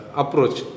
approach